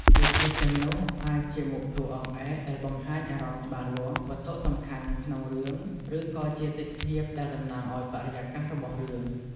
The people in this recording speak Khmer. រូបភាពទាំងនោះអាចជាមុខតួអង្គឯកដែលបង្ហាញអារម្មណ៍ច្បាស់លាស់ វត្ថុសំខាន់ក្នុងរឿង ឬក៏ជាទេសភាពដែលតំណាងឱ្យបរិយាកាសរបស់រឿង ។